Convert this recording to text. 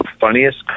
funniest